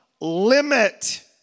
limit